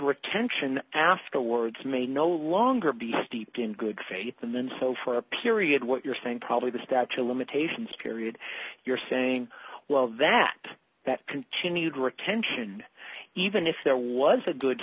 work tension afterwards may no longer be steeped in good faith and then hope for a period what you're saying probably the statue of limitations period you're saying well that that continued work tension even if there was a good